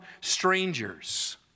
strangers